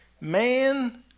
Man